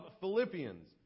Philippians